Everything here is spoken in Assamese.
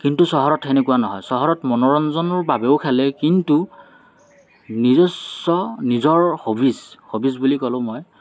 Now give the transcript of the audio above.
কিন্তু চহৰত তেনেকুৱা নহয় চহৰত মনোৰঞ্জনৰ বাবেও খেলে কিন্তু নিজস্ব নিজৰ হবিচ হবিজ বুলি ক'লোঁ মই